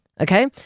okay